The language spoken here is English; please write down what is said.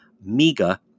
MEGA